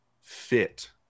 fit